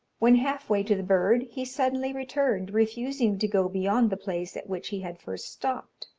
when half way to the bird, he suddenly returned, refusing to go beyond the place at which he had first stopped.